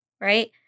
right